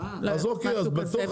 משהו כזה,